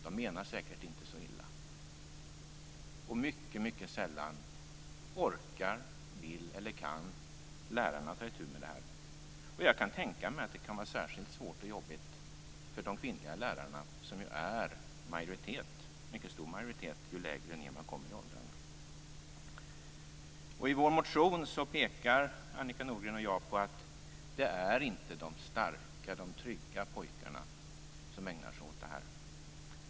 De menar säkert inte så illa. Mycket sällan orkar, vill eller kan lärarna ta itu med det här. Jag kan tänka mig att det kan vara särskilt svårt och jobbigt för de kvinnliga lärarna som ju utgör majoriteten, och en mycket stor majoritet ju lägre ned man kommer i åldrarna. I vår motion pekar Annika Nordgren och jag på att det inte är de starka och trygga pojkarna som ägnar sig åt detta.